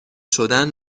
شدن